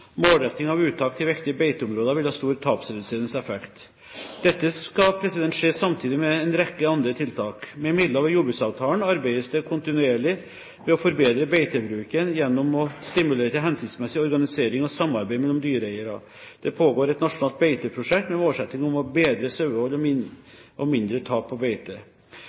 Målretting av uttak til viktige beiteområder vil ha stor tapsreduserende effekt. Dette skal skje samtidig med en rekke andre tiltak. Med midler over jordbruksavtalen arbeides det kontinuerlig med å forbedre beitebruken gjennom å stimulere til hensiktsmessig organisering og samarbeid mellom dyreeiere. Det pågår et nasjonalt beiteprosjekt med målsetting om et bedre sauehold og mindre tap på